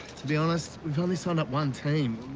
to be honest, we've only signed up one team.